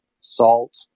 salt